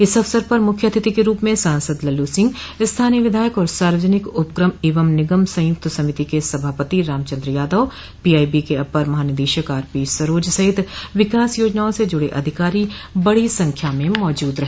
इस अवसर पर मुख्य अतिथि के रूप में सांसद लल्लू सिंह स्थानीय विधायक और सार्वजनिक उपक्रम एवं निगम संयुक्त समिति के सभापति रामचन्द्र यादव पीआईबी के अपर महानिदेशक आरपी सरोज सहित विकास योजनाओं से जुड़े अधिकारी बड़ी संख्या में मौजूद रहे